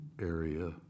area